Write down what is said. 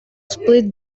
split